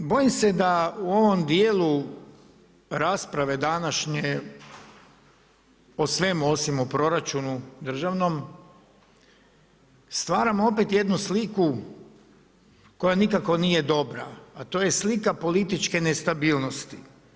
No, bojim se da u ovom dijelu rasprave današnje o svemu osim o proračunu državnom stvaramo opet jednu sliku koja nikako nije dobra, a to je slika političke nestabilnosti.